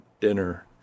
dinner